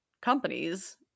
companies